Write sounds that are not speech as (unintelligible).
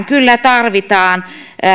(unintelligible) kyllä tarvitaan